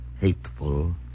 hateful